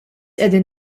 qegħdin